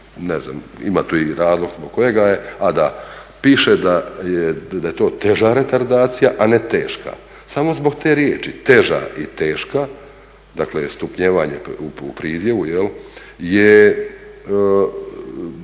ima tu i razlog zbog kojega je, a da, piše da je to teža retardacija, a ne teška. Samo zbog te riječi teža i teška, dakle stupnjevanje u pridjevu jel',